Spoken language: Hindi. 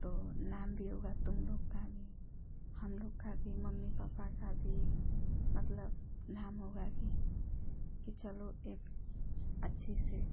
तो नाम भी होगा तुम लोग का हम लोग का भी मम्मी पापा का भी मतलब नाम होगा कि चलो एक अच्छे से